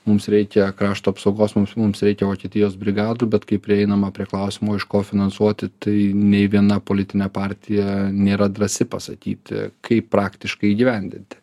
mums reikia krašto apsaugos mums mums reikia vokietijos brigadų bet kai prieinama prie klausimo iš ko finansuoti tai nei viena politinė partija nėra drąsi pasakyti kaip praktiškai įgyvendinti